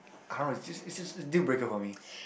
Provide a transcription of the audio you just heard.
how am I it it's just deal breaker for me